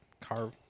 car